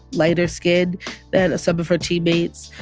lighter-skinned than some of her teammates.